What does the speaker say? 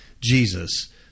Jesus